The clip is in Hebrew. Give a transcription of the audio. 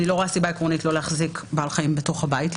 אבל אני לא רואה סיבה עקרונית לא להחזיק בעל חיים בתוך הבית,